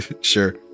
sure